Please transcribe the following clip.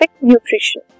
nutrition